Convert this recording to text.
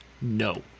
No